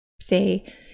say